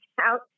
out